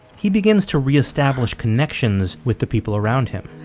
he begins to reestablish connections with the people around him